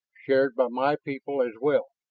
shared by my people as well.